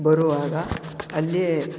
ಬರುವಾಗ ಅಲ್ಲಿಯೇ